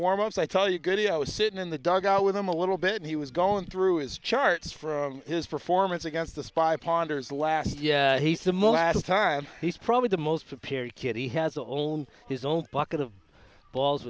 warm ups i tell you good i was sitting in the dugout with him a little bit and he was going through as charts for his performance against the spy ponders last yeah he's the most time he's probably the most prepared kid he has own his own bucket of balls